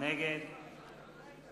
נגד